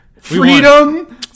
Freedom